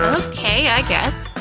okay, i guess.